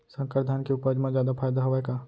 संकर धान के उपज मा जादा फायदा हवय का?